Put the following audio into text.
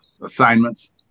assignments